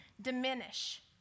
diminish